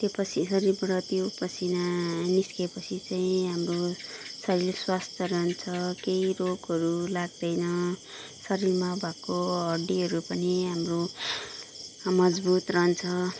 त्यो शरीरबाट त्यो पसिना निस्के पछि चाहिँ हाम्रो शरीर स्वस्थ रहन्छ केही रोगहरू लाग्दैन शरीरमा भएको हड्डीहरू पनि हाम्रो मजबुत रहन्छ